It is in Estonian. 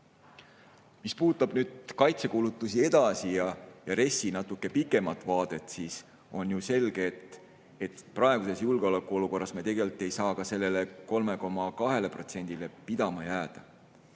Mis puudutab veel kaitsekulutusi ja RES‑i natuke pikemat vaadet, siis on ju selge, et praeguses julgeolekuolukorras me tegelikult ei saa ka sellele 3,2%‑le pidama jääda.